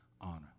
honor